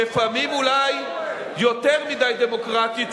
לפעמים אולי יותר מדי דמוקרטית,